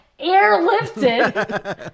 airlifted